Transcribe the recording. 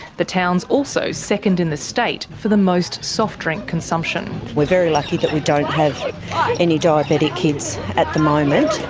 the town's also second in the state for the most soft drink consumption. we're very lucky that we don't have any diabetic kids at the moment,